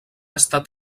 estat